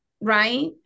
right